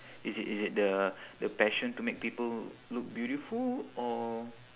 is it is it the the passion to make people look beautiful or